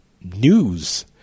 news